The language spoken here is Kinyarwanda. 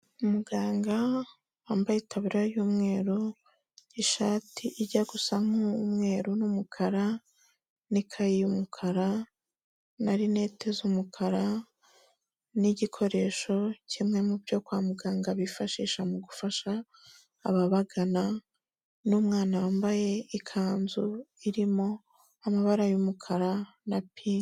Umuganga wambaye ikabubura y'umweru n'ishati ijya gusa n'umweru n'umukara n'ikayi y'umukara na rinete z'umukara, n'igikoresho kimwe mu byo kwa muganga bifashisha mu gufasha ababagana n'umwana wambaye ikanzu irimo amabara y'umukara na pinki.